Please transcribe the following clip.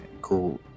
cool